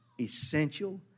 essential